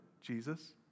Jesus